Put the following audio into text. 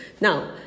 now